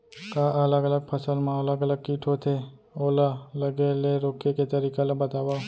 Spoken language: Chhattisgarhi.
का अलग अलग फसल मा अलग अलग किट होथे, ओला लगे ले रोके के तरीका ला बतावव?